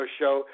show